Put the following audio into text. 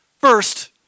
First